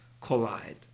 collide